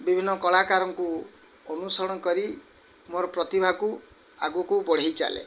ବିଭିନ୍ନ କଳାକାରଙ୍କୁ ଅନୁସରଣ କରି ମୋର ପ୍ରତିଭାକୁ ଆଗକୁ ବଢ଼େଇ ଚାଲେ